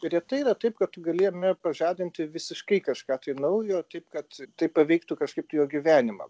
retai yra taip kad tu gali jame pažadinti visiškai kažką naujo taip kad tai paveiktų kažkaip jo gyvenimą